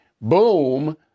boom